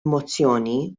mozzjoni